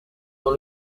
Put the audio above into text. dans